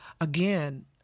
again